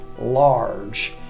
large